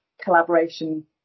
collaboration